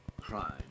crime